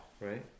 right